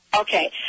okay